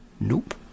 Nope